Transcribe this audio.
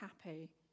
happy